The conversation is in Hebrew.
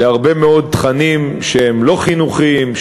להרבה מאוד תכנים שהם לא חינוכיים,